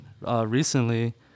Recently